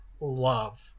love